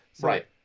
Right